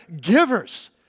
givers